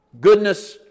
goodness